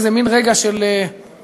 שזה מין רגע של אושר,